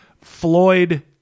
Floyd